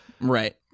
right